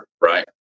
right